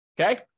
okay